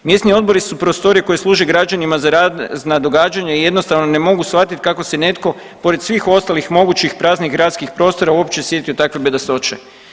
Mjesni odbori su prostorije koje služe građanima za razna događanja i jednostavno ne mogu shvatiti kako se netko pored svih ostalih mogućih praznih gradskih prostora uopće sjetio takve bedastoće.